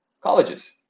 colleges